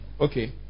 Okay